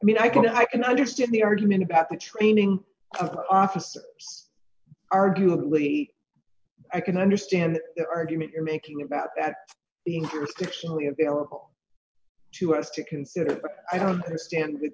i mean i can i can understand the argument about the training of the officer arguably i can understand the argument you're making about that being here fictionally available to us to consider i don't understand th